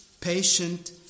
patient